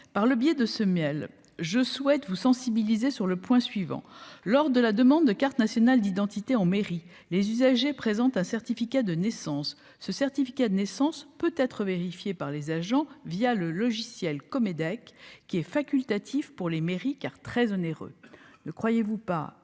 par le biais de ce miel, je souhaite vous sensibiliser sur le point suivant, lors de la demande de carte nationale d'identité en mairie, les usagers présente un certificat de naissance ce certificat de naissance peut être vérifié par les agents via le logiciel qu'au Medec qui est facultatif pour les mairies car très onéreux, ne croyez-vous pas,